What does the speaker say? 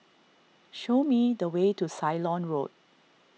show me the way to Ceylon Road